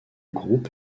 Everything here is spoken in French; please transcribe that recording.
groupe